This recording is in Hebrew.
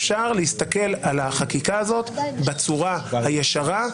אפשר להסתכל על החקיקה הזאת בצורה הישרה,